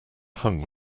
hung